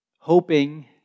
hoping